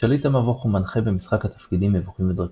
שליט המבוך הוא מנחה במשחק התפקידים מבוכים ודרקונים.